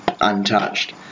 untouched